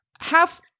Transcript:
Half